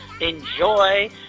Enjoy